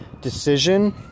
decision